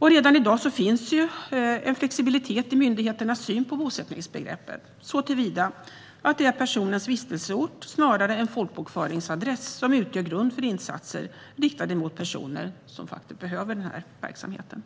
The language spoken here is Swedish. Redan i dag finns det en flexibilitet i myndigheternas syn på bosättningsbegreppet såtillvida att det är personens vistelseort snarare än folkbokföringsadress som utgör grund för insatser riktade mot dem som faktiskt behöver den här verksamheten.